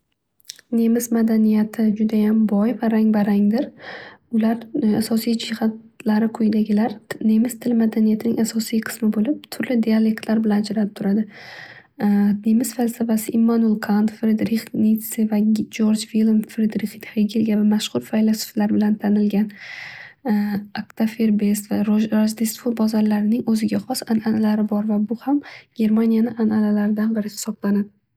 Nemis madaniyati judayam boy va rangbarangdir. Ular asosiy jihatlari quyidagilar, nemis tili madaniyatining asosiy qismi bo'lib turli xil dialektlar bilan ajralib turadi. Nemis falsafasi Immanul Kand, Frederich nitsi va jorj film va frederich heggel kabi mashhur faylasuflar bilan tanilgan. Aktafer best va rajdestvo bozorlarining o'ziga xos ananalari bor va bu ham germaniyani ananalaridan biri hisoblanadi.